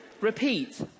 Repeat